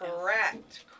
correct